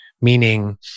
Meaning